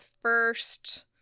first